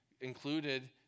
included